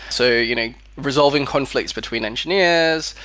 so you know resolving conflicts between engineers,